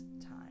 time